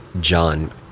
John